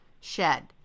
shed